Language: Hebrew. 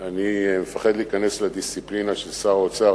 אני מפחד להיכנס לדיסציפלינה של שר האוצר,